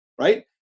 Right